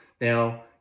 Now